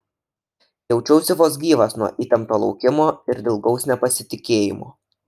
jaučiausi vos gyvas nuo įtempto laukimo ir dilgaus nepasitikėjimo